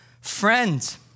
Friends